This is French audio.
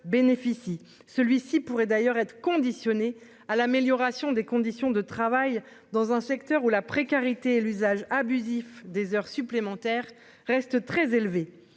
bénéficie celui-ci pourrait d'ailleurs être conditionnée à l'amélioration des conditions de travail dans un secteur où la précarité et l'usage abusif des heures supplémentaires, restent très élevés,